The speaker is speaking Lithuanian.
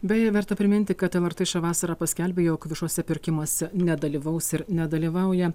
beje verta priminti kad lrt šią vasarą paskelbė jog viešuose pirkimuose nedalyvaus ir nedalyvauja